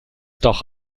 doch